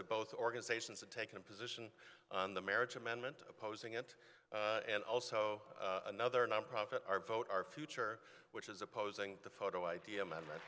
of both organizations have taken a position on the marriage amendment opposing it and also another nonprofit our vote our future which is opposing the photo id amendment